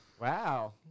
Wow